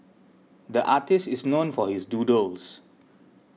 the artist is known for his doodles